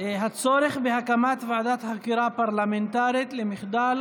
הצורך בהקמת ועדת חקירה פרלמנטרית למחדל